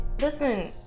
listen